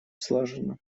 слаженно